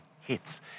hits